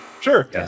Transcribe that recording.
Sure